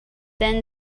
then